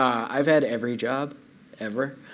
i've had every job ever.